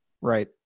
Right